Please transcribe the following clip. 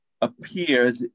appeared